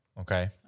Okay